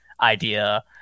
idea